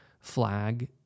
flag